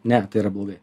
ne tai yra blogai